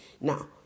now